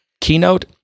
keynote